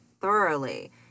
thoroughly